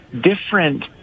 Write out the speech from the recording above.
different